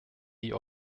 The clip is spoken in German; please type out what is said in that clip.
die